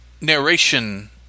narration